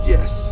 Yes